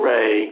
Ray